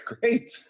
Great